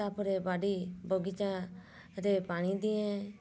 ତା'ପରେ ବାଡ଼ି ବଗିଚାରେ ପାଣି ଦିଏ